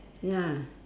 ya